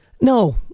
No